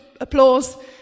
applause